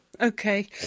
okay